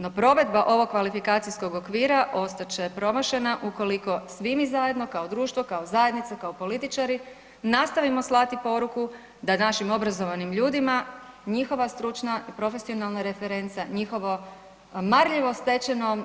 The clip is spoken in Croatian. No provedba ovog kvalifikacijskog okvira ostat će promašena ukoliko svi mi kao društvo, kao zajednica, kao političari nastavimo slati poruku da našim obrazovanim ljudima njihova stručna i profesionalna referenca, njihovo marljivo stečeno